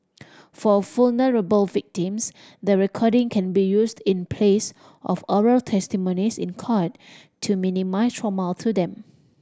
for vulnerable victims the recording can be used in place of oral testimonies in court to minimise trauma to them